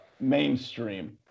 mainstream